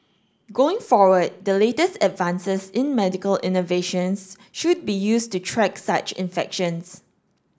going forward the latest advances in medical innovations should be used to track such infections